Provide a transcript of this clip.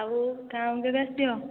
ଆଉ ଗାଁକୁ କେବେ ଆସିବ